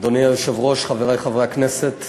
אדוני היושב-ראש, חברי חברי הכנסת,